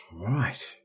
Right